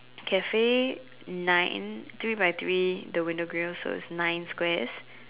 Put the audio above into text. Cafe nine three by three the window grills so it's nine squares